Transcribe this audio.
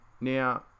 now